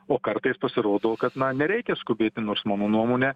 o kartais pasirodo kad na nereikia skubėti nors mano nuomone